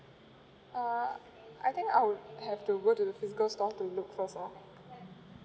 uh I think I would have to go to the physical store to look first lah